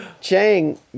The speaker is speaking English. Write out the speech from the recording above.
Chang